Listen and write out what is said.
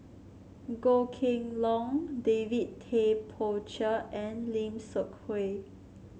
Goh Kheng Long David Tay Poey Cher and Lim Seok Hui